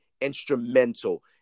instrumental